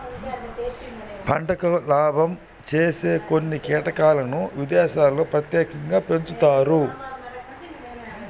పంటకు లాభం చేసే కొన్ని కీటకాలను విదేశాల్లో ప్రత్యేకంగా పెంచుతారు